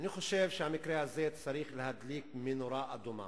אני חושב שהמקרה הזה צריך להדליק נורה אדומה.